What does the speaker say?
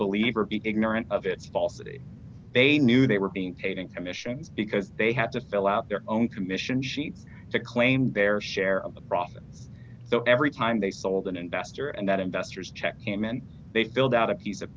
believe are ignorant of it falsity they knew they were being paid in commission because they had to fill out their own commission sheet to claim their share of the profit so every time they sold an investor and that investors checked him and they filled out a piece